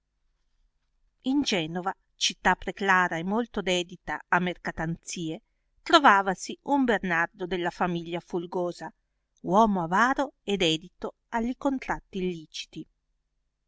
in genova città preclara e molto dedita a mercatanzie trovavasi un bernardo della famiglia fulgosa uomo avaro e dedito alli contratti illiciti